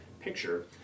picture